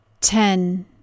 ten